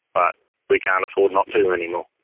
but we can't afford not to anymore.